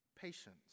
patience